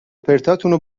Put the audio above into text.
پرتاتون